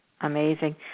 amazing